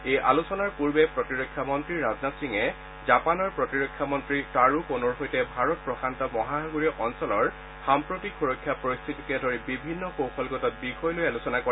এই আলোচনাৰ পূৰ্বে প্ৰতিৰক্ষা মন্ত্ৰী ৰাজনাথ সিঙে জাপানৰ প্ৰতিৰক্ষা মন্ত্ৰী টাৰো ক'ন'ৰ সৈতে ভাৰত প্ৰশান্ত মহাসাগৰীয় অঞ্চলৰ সাম্প্ৰতিক সুৰক্ষা পৰিস্থিতিকে ধৰি বিভিন্ন কৌশলগত বিষয় লৈ আলোচনা কৰে